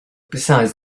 besides